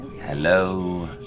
Hello